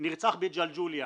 נרצח בג'לג'וליה,